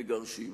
מגרשים.